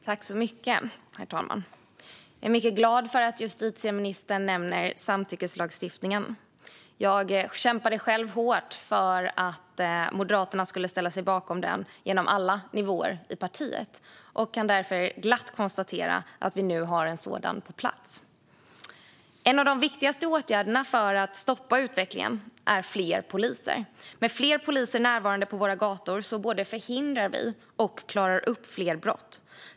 Herr talman! Jag är mycket glad för att justitieministern nämner samtyckeslagstiftningen. Jag kämpade själv hårt genom alla nivåer i partiet för att Moderaterna skulle ställa sig bakom den. Därför är det med glädje jag konstaterar att vi nu har en sådan på plats. En av de viktigaste åtgärderna för att stoppa den negativa utvecklingen är fler poliser. Med fler poliser närvarande på våra gator kan vi både förhindra och klara upp fler brott.